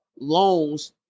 loans